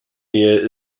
mail